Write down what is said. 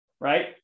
right